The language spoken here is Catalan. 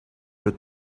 però